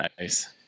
Nice